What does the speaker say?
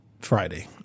Friday